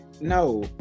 No